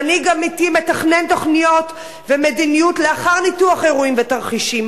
מנהיג אמיתי מתכנן תוכניות ומדיניות לאחר ניתוח אירועים ותרחישים,